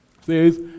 Says